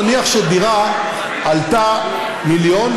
נניח שדירה עלתה מיליון,